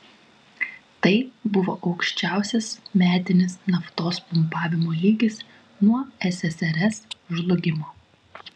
tai buvo aukščiausias metinis naftos pumpavimo lygis nuo ssrs žlugimo